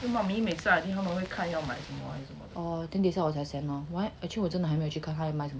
因为妈咪每次 I think 每次会看要买什么 then 等下我在想 lor actually 我真的还没有去看他有卖什么东西